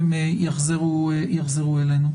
הם יחזרו אלינו.